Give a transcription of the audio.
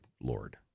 Lord